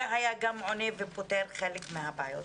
זה היה גם עונה ופותר חלק מהבעיות.